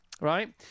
right